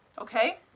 okay